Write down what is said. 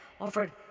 offered